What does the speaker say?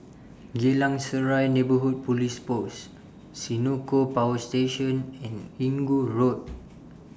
Geylang Serai Neighbourhood Police Post Senoko Power Station and Inggu Road